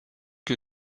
que